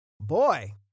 Boy